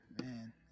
Man